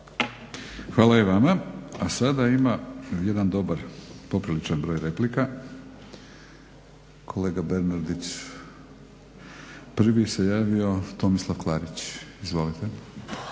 Hvala i vama. A sada ima jedan dobar popriličan broj replika kolega Bernardić. Prvi se javio Tomislav Klarić, izvolite.